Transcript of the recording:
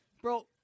Bro